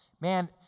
man